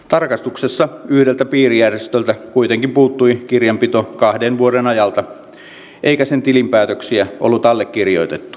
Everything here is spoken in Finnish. tarkastuksessa yhdeltä piirijärjestöltä kuitenkin puuttui kirjanpito kahden vuoden ajalta eikä sen tilinpäätöksiä ollut allekirjoitettu